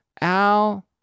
Al